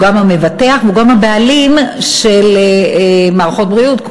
הוא גם המבטח והוא גם הבעלים של מערכות בריאות,